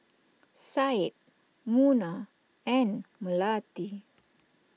Syed Munah and Melati